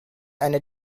eine